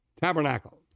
Tabernacle